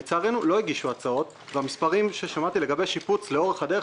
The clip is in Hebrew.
לצערנו לא הגישו הצעות והמספרים ששמעתי לאורך הדרך